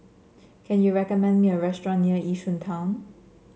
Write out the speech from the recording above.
can you recommend me a restaurant near Yishun Town